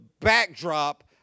backdrop